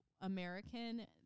american